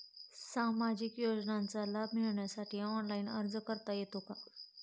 सामाजिक योजनांचा लाभ मिळवण्यासाठी ऑनलाइन अर्ज करता येतो का?